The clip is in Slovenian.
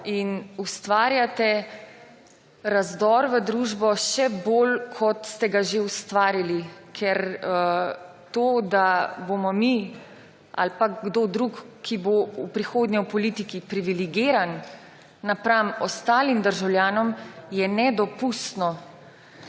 in ustvarjate razdor v družbo še bolj, kot ste ga že ustvarili. Ker to, da bomo mi ali pa kdo drug, ki bo prihodnje v politiki, privilegiran napram ostalim državljanom, je nedopustno.